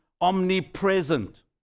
omnipresent